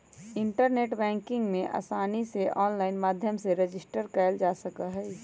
internet banking में आसानी से आनलाइन माध्यम से रजिस्टर कइल जा सका हई